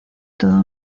toda